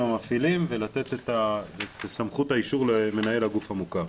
המפעילים ולתת את סמכות האישור למנהל הגוף המוכר.